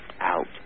out